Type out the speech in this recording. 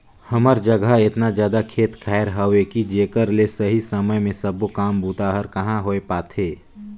हमर जघा एतना जादा खेत खायर हवे कि जेकर ले सही समय मे सबो काम बूता हर कहाँ होए पाथे